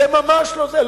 זה ממש לא זה.